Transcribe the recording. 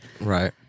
Right